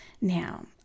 Now